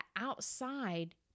outside